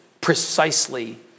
Precisely